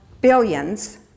billions